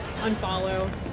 Unfollow